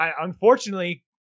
unfortunately